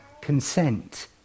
consent